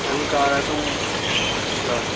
ہلکا آ رہا ہے تو ہاں اچھا